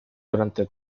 durante